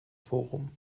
forum